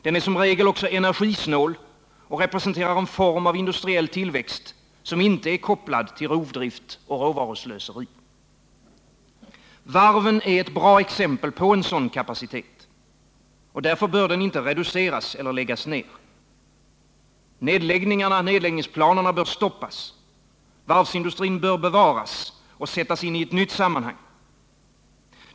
Den är som regel också energisnål och representerar en form av industriell tillväxt som inte är kopplad till rovdrift och råvaruslöseri. Varven är ett bra exempel på sådan kapacitet. Därför bör den industrin inte reduceras eller läggas ned. Nedläggningsplanerna bör stoppas. Varvsindustrin bör bevaras och sättas in i ett nytt sammanhang.